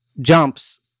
jumps